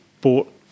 bought